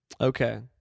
Okay